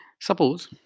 Suppose